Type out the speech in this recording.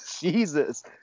Jesus